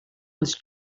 was